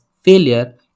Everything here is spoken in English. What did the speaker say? failure